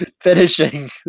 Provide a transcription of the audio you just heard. finishing